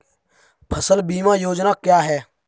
फसल बीमा योजना क्या है?